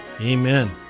Amen